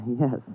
Yes